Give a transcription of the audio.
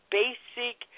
basic